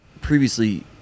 previously